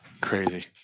Crazy